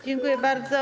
Dziękuję bardzo.